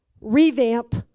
revamp